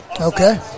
Okay